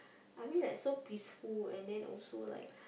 I mean like so peaceful and then also like